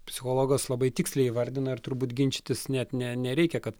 psichologas labai tiksliai įvardina ir turbūt ginčytis net ne nereikia kad